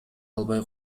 албай